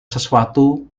sesuatu